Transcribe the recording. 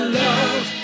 love